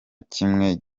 kimwe